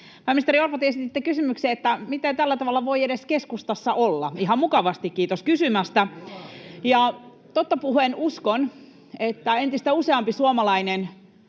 Pääministeri Orpo, te esititte kysymyksen, että miten tällä tavalla voi edes keskustassa olla. Ihan mukavasti, kiitos kysymästä. Totta puhuen uskon, että entistä useampi suomalainen